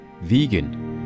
Vegan